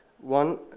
one